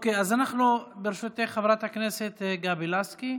אוקיי, אז אנחנו, ברשותך, חברת הכנסת גבי לסקי,